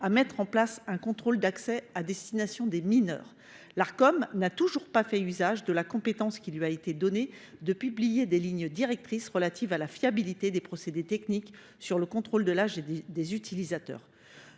à mettre en place un contrôle d’accès à destination des mineurs. Or l’Arcom n’a toujours pas fait usage de la compétence qui lui a été donnée de publier des lignes directrices relatives à la fiabilité des procédés techniques sur le contrôle de l’âge et des utilisateurs.